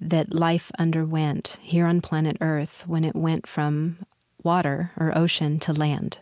that life underwent here on planet earth when it went from water or ocean to land.